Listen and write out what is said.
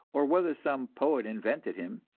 or whether some poet invented him,